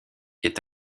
est